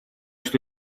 что